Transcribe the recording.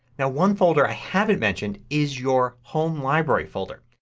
now one folder i haven't mentioned is your home library folder.